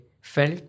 felt